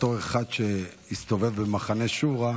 בתור אחד שהסתובב במחנה שורה,